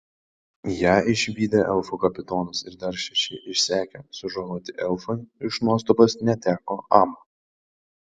ją išvydę elfų kapitonas ir dar šeši išsekę sužaloti elfai iš nuostabos neteko amo